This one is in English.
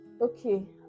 okay